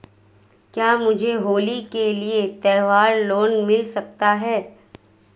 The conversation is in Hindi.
क्या मुझे होली के लिए त्यौहार लोंन मिल सकता है?